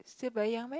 still very young meh